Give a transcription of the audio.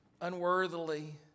Unworthily